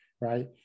right